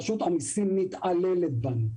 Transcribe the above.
רשות המסים מתעללת בנו.